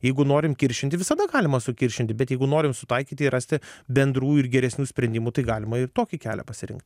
jeigu norim kiršinti visada galima sukiršinti bet jeigu norim sutaikyti ir rasti bendrų ir geresnių sprendimų tai galima ir tokį kelią pasirinkt